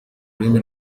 rurimi